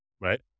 right